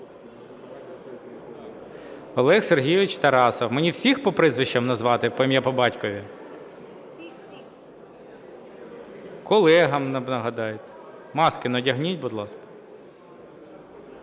Олег Сергійович Тарасов, мені всіх по прізвищах назвати, ім'я, по батькові. Колегам нагадайте. Маски одягніть, будь ласка.